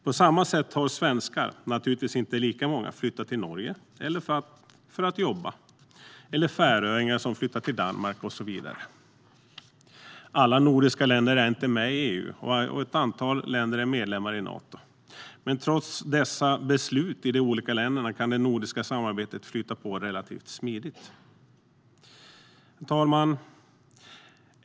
På samma sätt har svenskar - naturligtvis inte lika många - flyttat till Norge för att jobba eller färöingar flyttat till Danmark och så vidare. Alla nordiska länder är inte med i EU, och ett antal länder är medlemmar i Nato. Men trots dessa beslut i de olika länderna kan det nordiska samarbetet flyta på relativt smidigt. Herr talman!